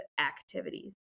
activities